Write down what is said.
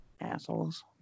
Assholes